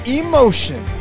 emotion